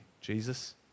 Jesus